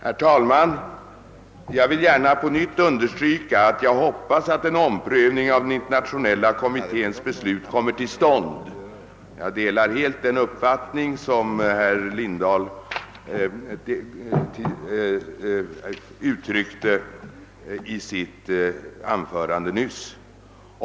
Herr talman! Jag vill gärna på nytt understryka att jag hoppas att en omprövning av internationella olympiska kommitténs beslut kommer till stånd; jag delar helt den uppfattning som herr Lindahl gav uttryck för i sitt anförande.